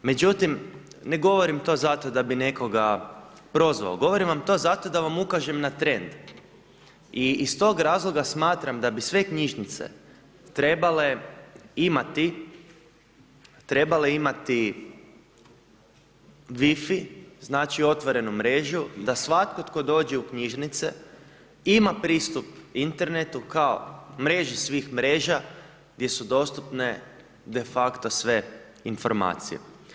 Međutim, ne govorim to zato da bi nekoga prozvao, govorim vam to zato da vam ukažem na trend i stog razloga smatram da bi sve knjižnice trebale imati, trebale imati wifi znači otvorenu mrežu, da svatko tko dođe u knjižnice ima pristup internetu kao mreži svih mreža gdje su dostupne de facto sve informacije.